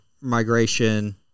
migration